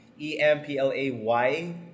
E-M-P-L-A-Y